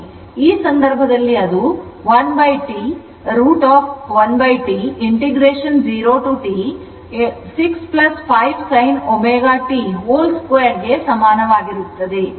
ಆದ್ದರಿಂದ ಈ ಸಂದರ್ಭದಲ್ಲಿ ಅದು √ 1 T 0 to T 6 5 sin ω t2 ಗೆ ಸಮಾನವಾಗಿರುತ್ತದೆ